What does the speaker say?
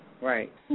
Right